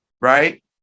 Right